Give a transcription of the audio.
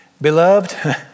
Beloved